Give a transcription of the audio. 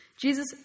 Jesus